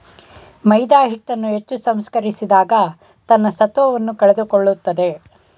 ಮೈದಾಹಿಟ್ಟನ್ನು ಹೆಚ್ಚು ಸಂಸ್ಕರಿಸಿದಾಗ ತನ್ನ ಸತ್ವವನ್ನು ಕಳೆದುಕೊಳ್ಳುತ್ತದೆ